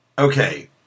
Okay